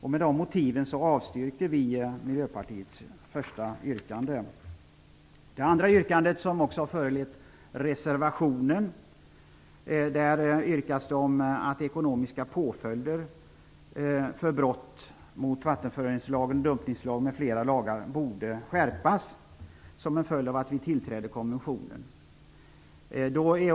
Med de motiven avstyrker vi Miljöpartiets första yrkande. Det andra yrkandet, som också föranlett reservationen, gäller de ekonomiska påföljderna för brott mot vattenföroreningslagen, dumpningslagen m.fl. lagar. De borde skärpas som en följd av att vi tillträder konventionen, menar Miljöpartiet.